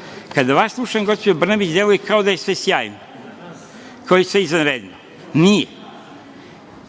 itd. Kada vas slušam, gospođo Brnabić, deluje kao da je sve sjajno i izvanredno. Nije.